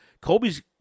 Colby's